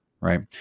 Right